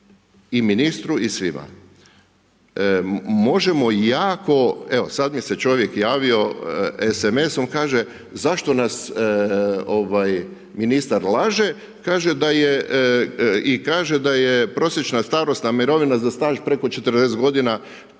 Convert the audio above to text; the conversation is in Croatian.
i ministru i svima, možemo jako, evo sad mi se čovjek javio SMS-om, kaže, zašto nas ministar laže? Kaže da je prosječna starosna mirovina za staž preko 40 godina